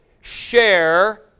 share